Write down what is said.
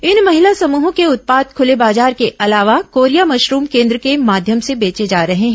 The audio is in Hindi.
इन महिला समूहों के उत्पाद खुले बाजार के अलावा कोरिया मशरूम केन्द्र के माध्यम से बेचे जा रहे हैं